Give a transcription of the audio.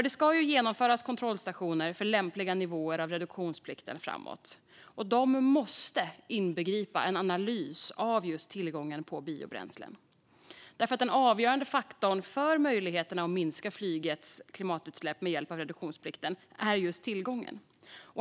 Det ska ju genomföras kontrollstationer för lämpliga nivåer av reduktionsplikten framåt, och de måste inbegripa en analys av tillgången på biobränslen. Den avgörande faktorn för möjligheterna att minska flygets klimatutsläpp med hjälp av reduktionsplikten är just tillgången.